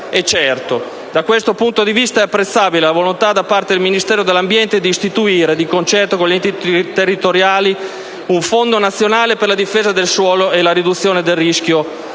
e certo. Da questo punto di vista è apprezzabile la volontà da parte del Ministero dell'ambiente di istituire, di concerto con gli enti territoriali, un fondo nazionale per la difesa del suolo e la riduzione del rischio